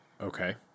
Okay